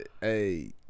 Hey